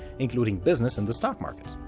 including business and the stock market.